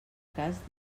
cas